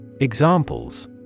Examples